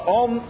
on